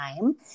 time